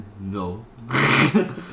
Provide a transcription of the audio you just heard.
No